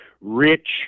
rich